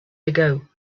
ago